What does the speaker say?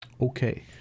Okay